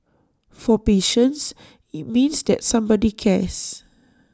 for patients IT means that somebody cares